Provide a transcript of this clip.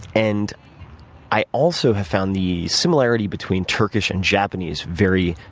and i also have found the similarity between turkish and japanese very,